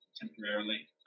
temporarily